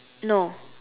no